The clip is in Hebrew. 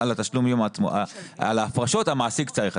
על ההפרשות, המעסיק צריך.